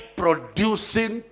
producing